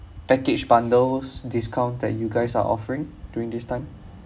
package bundles discount that you guys are offering during this time